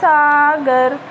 Sagar